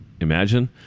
imagine